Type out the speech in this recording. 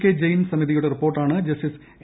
K Jain സമിതിയുട്ട് റ്റിപ്പോർട്ടാണ് justice A